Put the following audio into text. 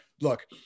Look